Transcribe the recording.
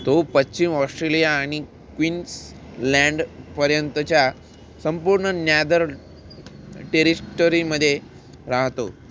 तो पश्चिम ऑश्ट्रेलिया आणि क्विन्सलँडपर्यंतच्या संपूर्ण नॅदर टेरिश्टरीमध्ये राहतो